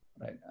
Right